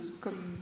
comme